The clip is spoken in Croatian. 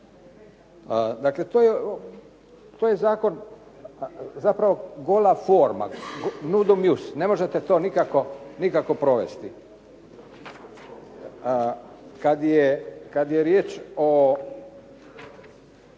Dakle, to je zakon zapravo gola forma, nudum ius, ne možete to nikako provesti. Kad je riječ o